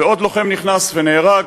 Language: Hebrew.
ועוד לוחם נכנס ונהרג.